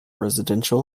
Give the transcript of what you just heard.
residential